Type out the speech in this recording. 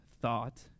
thought